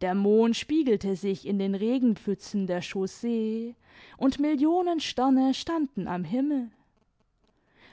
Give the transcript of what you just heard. der mond spiegelte sich in den regenpfützen der chaussee und millionen sterne standen am himmel